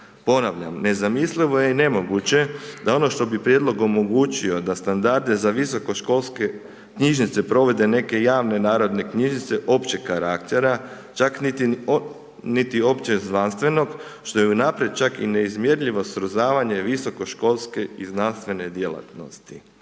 Ponavljam, nezamislivo je i nemoguće da ono što bi prijedlog omogućio da standarde za visokoškolske knjižnice provode neke javne narodne knjižnice općeg karaktera, čak niti opće znanstvenog što je u naprijed čak i neizmjerljivo srozavanje visokoškolske i znanstvene djelatnosti.